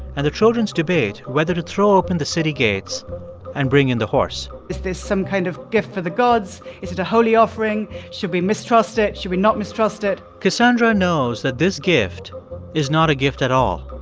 and the trojans debate whether to throw open the city gates and bring in the horse is this some kind of gift for the gods? is it a holy offering? should we mistrust it? should we not mistrust it? cassandra knows that this gift is not a gift at all.